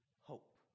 hope